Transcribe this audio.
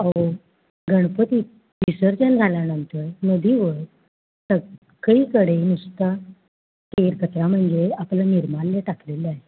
अहो गणपती विसर्जन झाल्यानंतर नदीवर सगळीकडे नुसता केरकचरा म्हणजे आपलं निर्माल्य टाकलेलं आहे